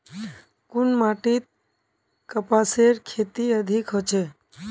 कुन माटित कपासेर खेती अधिक होचे?